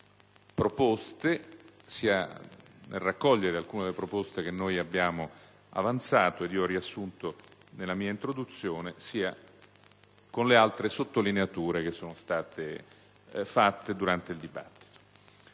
di proposte), sia nel raccogliere alcune proposte che abbiamo avanzato e che ho riassunto nella mia introduzione, sia con altre sottolineature fatte durante il dibattito.